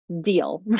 deal